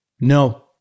No